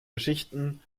geschichten